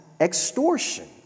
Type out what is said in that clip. extortion